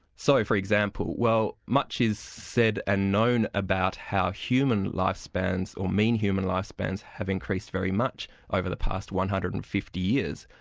so for example, well much is said and known about how human life spans, or mean human life spans have increased very much over the past one hundred and fifty years.